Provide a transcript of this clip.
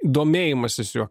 domėjimasis juo